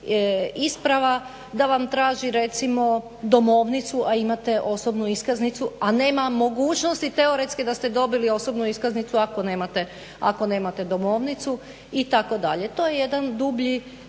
isprava, da vam traži recimo domovnicu a imate osobnu iskaznicu, a nema mogućnosti teoretske da ste dobili osobnu iskaznicu ako nemate domovnicu itd. to je jedan dublji